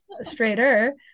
straighter